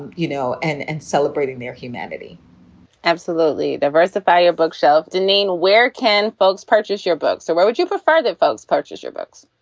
you know, and and celebrating their humanity absolutely. diversify your bookshelf, denine. where can folks purchase your books? so why would you prefer that folks purchase your books?